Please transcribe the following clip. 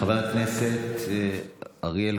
חבר הכנסת מיקי לוי,